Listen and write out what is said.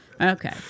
Okay